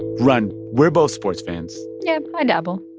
rund, we're both sports fans yeah, i dabble